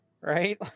Right